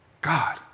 God